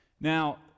Now